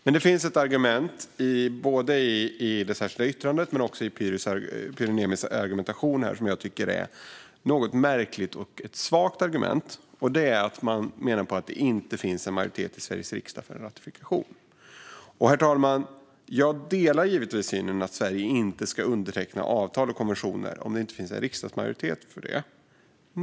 Men det finns ett argument, både i det särskilda yttrandet och i Pyry Niemis argumentation här i kammaren, som jag tycker är svagt och något märkligt. Det är att det inte finns en majoritet i Sveriges riksdag för en ratifikation. Herr talman! Jag delar givetvis synen att Sverige inte ska underteckna avtal och konventioner om det inte finns en riksdagsmajoritet för det.